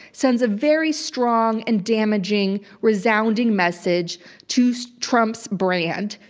sends a very strong and damaging, resounding message to so trump's brand,